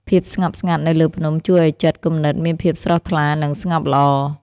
ភាពស្ងប់ស្ងាត់នៅលើភ្នំជួយឱ្យចិត្តគំនិតមានភាពស្រស់ថ្លា និងស្ងប់ល្អ។